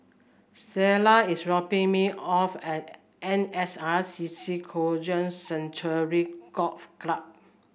Stella is dropping me off at N S R C C Kranji Sanctuary Golf Club